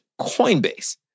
Coinbase